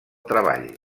treball